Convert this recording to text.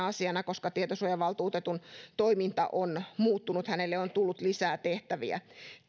asiana koska tietosuojavaltuutetun toiminta on muuttunut hänelle on tullut lisää tehtäviä